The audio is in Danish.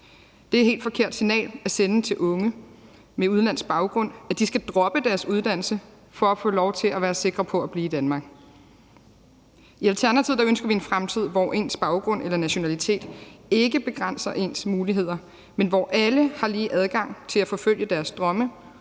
Det er et helt forkert signal at sende til unge med udenlandsk baggrund, at de skal droppe deres uddannelse for at få lov til og kan være sikre på at blive i Danmark. I Alternativet ønsker vi en fremtid, hvor ens baggrund eller nationalitet ikke begrænser ens muligheder, men hvor alle har lige adgang til at forfølge deres drømme